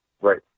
right